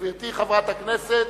שמספרה 2887. גברתי חברת הכנסת,